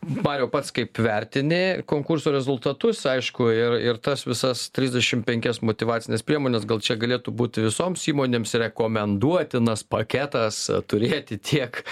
mariau pats kaip vertini konkurso rezultatus aišku ir ir tas visas trisdešim penkias motyvacines priemones gal čia galėtų būti visoms įmonėms rekomenduotinas paketas turėti tiek